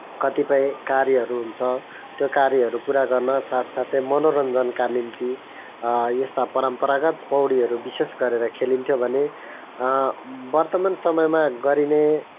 कतिपय कार्यहरू हुन्छ त्यो कार्यहरू पुरा गर्न साथसाथै मनोरञ्जनका निम्ति यस्ता परम्परागत पौडीहरू विशेष गरेर खेलिन्थ्यो भने वर्तमान समयमा गरिने